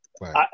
Right